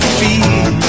feel